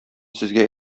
сезгә